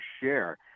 share